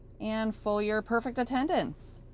and full year perfect attendance!